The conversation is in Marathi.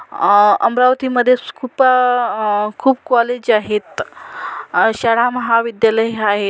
अमरावतीमध्येच खूप खूप कॉलेज आहेत आशारा महाविद्यालय आहेत